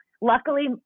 luckily